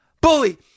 Bully